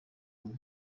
umwe